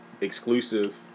exclusive